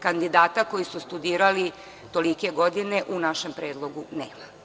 Kandidata koji su studirali tolike godine u našem predlogu nema.